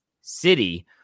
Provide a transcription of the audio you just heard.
City